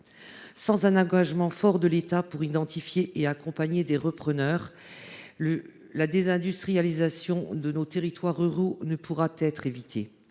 Sans un engagement fort de l’État pour identifier et accompagner des repreneurs, la désindustrialisation des territoires ruraux ne pourra être stoppée.